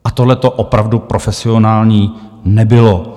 A tohleto opravdu profesionální nebylo.